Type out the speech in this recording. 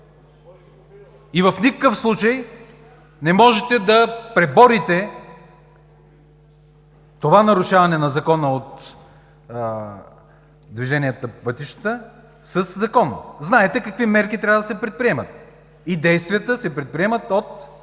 и в никакъв случай не можете да преборите това нарушаване на Закона за движение по пътищата със закон. Знаете какви мерки трябва да се предприемат и действията се предприемат от